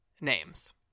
names